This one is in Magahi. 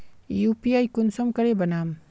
यु.पी.आई कुंसम करे बनाम?